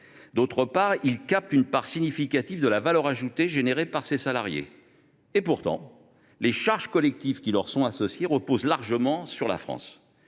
deuxièmement, il capte une part significative de la valeur ajoutée produite par ces salariés. Pourtant, les charges collectives qui leur sont associées reposent largement sur la France.